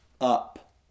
up